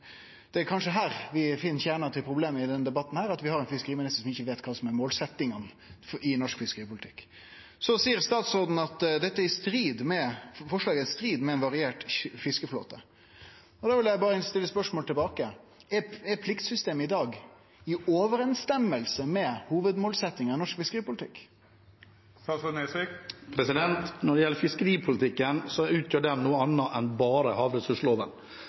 Det er kanskje her vi finn kjernen til problemet i denne debatten, at vi har ein fiskeriminister som ikkje veit kva som er målsetjingane i norsk fiskeripolitikk. Så seier statsråden at forslaget er i strid med ein variert fiskeflåte. Da vil eg stille spørsmålet tilbake: Er pliktsystemet i dag i samsvar med hovudmålsetjinga i norsk fiskeripolitikk? Når det gjelder fiskeripolitikken, utgjør den noe annet enn bare havressursloven,